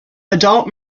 adult